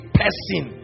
person